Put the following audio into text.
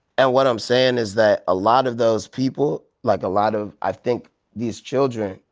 and what i'm saying is that a lot of those people, like a lot of i think these children,